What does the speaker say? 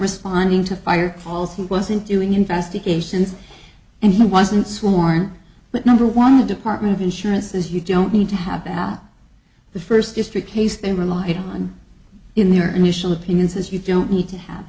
responding to fire balls he wasn't doing investigations and he wasn't sworn but number one the department of insurance says you don't need to have at the first district case they relied on in their initial opinions as you don't need to have